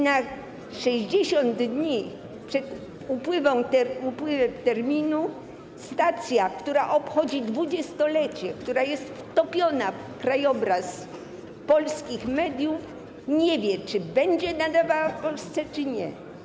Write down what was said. Na 60 dni przed upływem terminu stacja, która obchodzi dwudziestolecie, która jest wtopiona w krajobraz polskich mediów, nie wie, czy będzie nadawała w Polsce, czy nie.